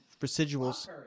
residuals